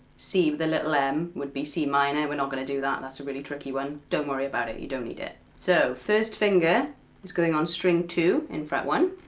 c with the little m would be c minor, we're not gonna do that, that's a really tricky one, don't worry about it, you don't need it. so, first finger is going on string two in fret one,